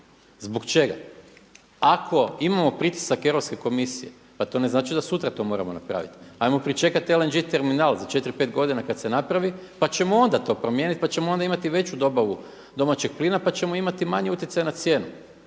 Zbog čega? Ako imamo pritisak Europske komisije pa to ne znači da sutra to moramo napraviti. Ajmo pričekati LNG terminal za 4, 5 godina kada se napravi pa ćemo onda to promijeniti, pa ćemo onda imati veću dobavu domaćeg plina pa ćemo imati manji utjecaj na cijenu.